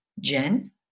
Jen